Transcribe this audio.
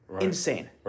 Insane